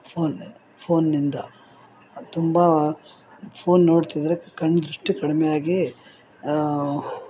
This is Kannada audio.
ಫೋನ್ ಫೋನಿಂದ ತುಂಬ ಫೋನ್ ನೋಡ್ತಿದ್ರೆ ಕಣ್ಣು ದೃಷ್ಟಿ ಕಡಿಮೆ ಆಗಿ